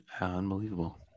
Unbelievable